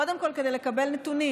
קודם כול כדי לקבל נתונים.